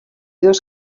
dos